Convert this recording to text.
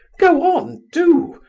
go on, do!